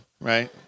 right